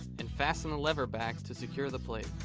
and fasten the lever back to secure the plate.